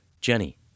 Jenny